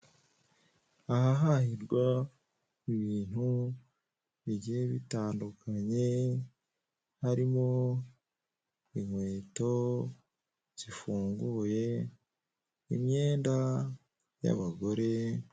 Ahahahirwa ibintu bigiye bitandukanye harimo inkweto zifunguye, imyenda y'abagore.